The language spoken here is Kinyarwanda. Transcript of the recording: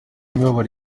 imibabaro